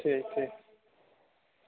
ठीक ठीक